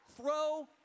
throw